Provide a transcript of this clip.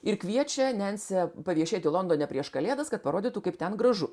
ir kviečia nensę paviešėti londone prieš kalėdas kad parodytų kaip ten gražu